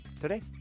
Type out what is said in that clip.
Today